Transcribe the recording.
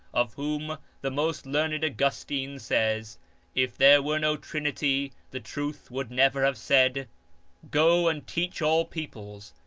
of whom the most learned augustine says if there were no trinity, the truth would never have said go and teach all peoples,